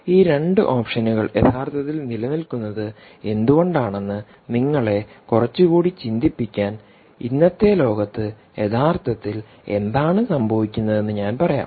ഈ 2 ഓപ്ഷനുകൾ യഥാർത്ഥത്തിൽ നിലനിൽക്കുന്നത് എന്തുകൊണ്ടാണെന്ന് നിങ്ങളെ കുറച്ചുകൂടി ചിന്തിപിക്കാൻ ഇന്നത്തെ ലോകത്ത് യഥാർത്ഥത്തിൽ എന്താണ് സംഭവിക്കുന്നതെന്ന് ഞാൻ പറയാം